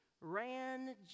ran